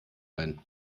ein